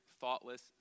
thoughtless